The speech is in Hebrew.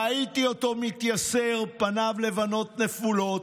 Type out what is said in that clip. ראיתי אותו מתייסר, פניו לבנות, נפולות,